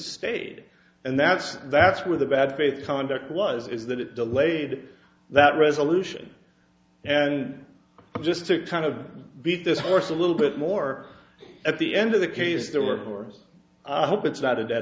stayed and that's that's where the bad faith conduct was is that it delayed that resolution and just to kind of beat this horse a little bit more at the end of the case there were horse i hope it's not a dead